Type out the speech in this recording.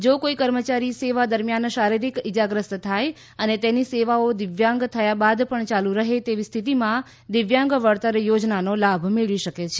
જો કોઇ કર્મચારી સેવા દરમિયાન શારીરીક ઇજાગ્રસ્ત થાય અને તેની સેવાઓ દિવ્યાંગ થયા બાદ પણ ચાલુ રહે તેવી સ્થિતિમાં દિવ્યાંગ વળતર યોજનાનો લાભ મેળવી શકે છે